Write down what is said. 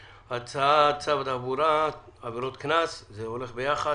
השארת ילדים ברכב; הצעת צו התעבורה (עבירות קנס) זה הולך ביחד